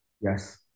yes